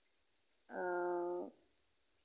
ᱚᱻ